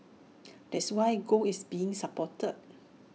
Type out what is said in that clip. that's why gold is being supported